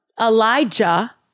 Elijah